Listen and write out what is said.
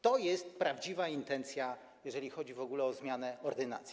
To jest prawdziwa intencja, jeżeli chodzi w ogóle o zmianę ordynacji.